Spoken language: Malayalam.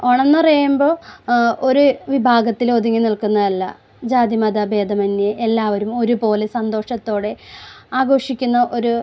ഓണം എന്നു പറയുമ്പോൾ ഒരു വിഭാഗത്തിൽ ഒതുങ്ങി നിൽക്കുന്നതല്ല ജാതിമതഭേദമന്യേ എല്ലാവരും ഒരുപോലെ സന്തോഷത്തോടെ ആഘോഷിക്കുന്ന ഒരു